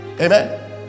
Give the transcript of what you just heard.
amen